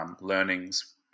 learnings